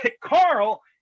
Carl